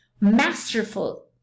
masterful